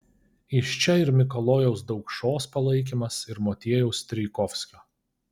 iš čia ir mikalojaus daukšos palaikymas ir motiejaus strijkovskio